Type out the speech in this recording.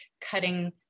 cutting